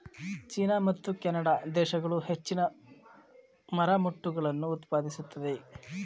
China ಮತ್ತು Canada ದೇಶಗಳು ಹೆಚ್ಚಿನ ಮರಮುಟ್ಟುಗಳನ್ನು ಉತ್ಪಾದಿಸುತ್ತದೆ